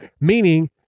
Meaning